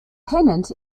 pennant